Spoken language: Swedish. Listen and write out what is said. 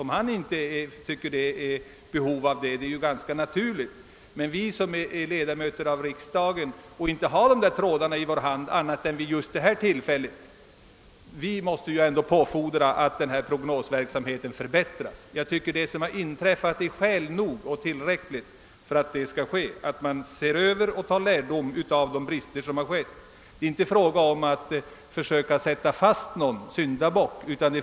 Men vi som är ledamöter av riksdagen och inte har samma möjligheter att bedöma och påverka frågan måste påfordra att prognosverksamheten förbättras. Vad som har inträffat är skäl nog att se över frågan och försöka dra lärdom av erfarenheterna. Det är alltså inte fråga om att försöka sätta fast en syndabock.